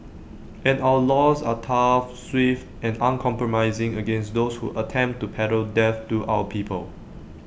and our laws are tough swift and uncompromising against those who attempt to peddle death to our people